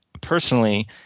personally